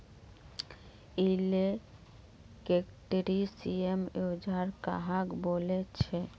Electrician औजार कहाक बोले छे?